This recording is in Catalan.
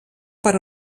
per